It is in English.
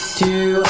two